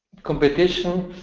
competition,